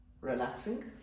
relaxing